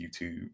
YouTube